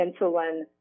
insulin